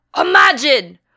imagine